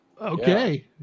Okay